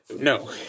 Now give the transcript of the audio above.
No